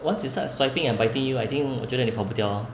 once you start swiping and biting you I think 我觉得你跑不掉 orh